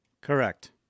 correct